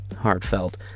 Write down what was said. heartfelt